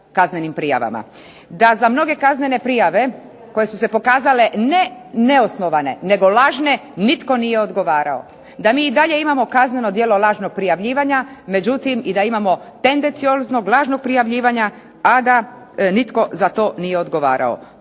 da za mnoge kaznene prijave koje su se pokazale ne neosnovane nego lažne nitko nije odgovarao, da mi i dalje imamo kazneno djelo lažnog prijavljivanja. Međutim, i da imamo tendencioznog lažnog prijavljivanja, a da nitko za to nije odgovarao.